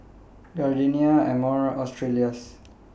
Gardenia Amore and Australis